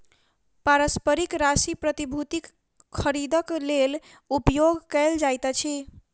पारस्परिक राशि प्रतिभूतिक खरीदक लेल उपयोग कयल जाइत अछि